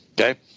Okay